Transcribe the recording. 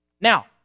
Now